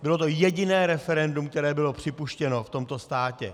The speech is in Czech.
Bylo to jediné referendum, které bylo připuštěno v tomto státě.